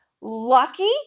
Lucky